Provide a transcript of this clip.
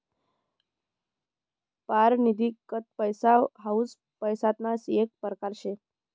पारतिनिधिक पैसा हाऊ पैसासना येक परकार शे